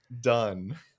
Done